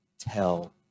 Tell